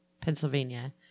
Pennsylvania